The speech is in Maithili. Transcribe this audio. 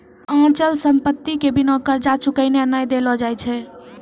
अचल संपत्ति के बिना कर्जा चुकैने नै देलो जाय छै